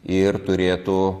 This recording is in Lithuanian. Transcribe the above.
ir turėtų